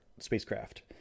spacecraft